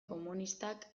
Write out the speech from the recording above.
komunistak